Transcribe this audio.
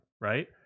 right